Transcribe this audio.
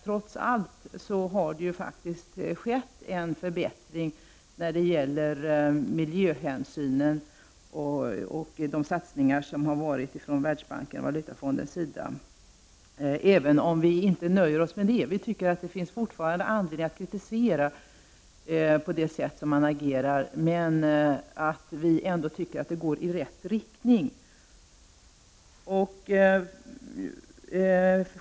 Trots allt har det faktiskt skett en förbättring i fråga om miljöhänsynen av de insatser som gjorts från Världsbankens och Valutafondens sida. Men vi nöjer oss inte med det. Vi tycker att det fortfarande finns anledning att kritisera deras sätt att agera, men vi tycker ändå att det går i rätt riktning.